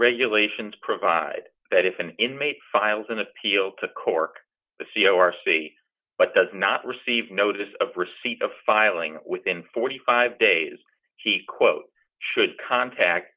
regulations provide that if an inmate files an appeal to cork the c r c but does not receive notice of receipt of filing within forty five days he quote should contact